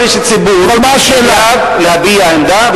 כל איש ציבור חייב להביע עמדה.